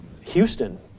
Houston